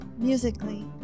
musically